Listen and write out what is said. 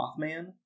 Mothman